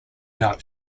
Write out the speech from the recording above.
not